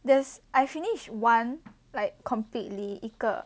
there's I finish one like completely 一个